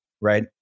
Right